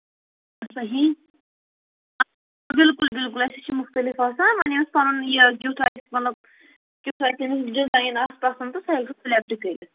صحیح بِلکُل بِلکُل اَسہِ چھِ مُختلِف آسان وۄنۍ ییٚمس پَنُن یہِ کیُتھ آسہِ مطلب کیُتھ آسہِ تٔمِس ڈِزایِن آسہٕ پَسَنٛد تہٕ سُہ ہیٚکہِ سُہ سِلیکٹ کٔرِتھ